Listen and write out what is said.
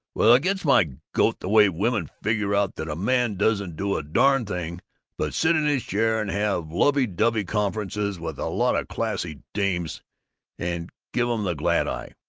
well, it gets my goat the way women figure out that a man doesn't do a darn thing but sit on his chair and have lovey-dovey conferences with a lot of classy dames and give em the glad eye!